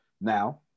Now